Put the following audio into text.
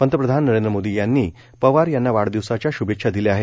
पंतप्रधान नरेंद्र मोदी यांनी पवार यांना वाढदिवसाच्या शुभेच्छा दिल्या आहे